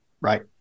Right